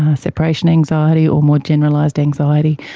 ah separation anxiety or more generalised anxiety,